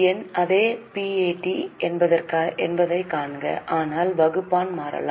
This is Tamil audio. எண் அதே பிஏடி என்பதைக் காண்க ஆனால் வகுப்பான் மாறலாம்